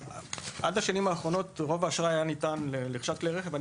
עד השנים האחרונות רוב האשראי לרכישת כלי רכב היה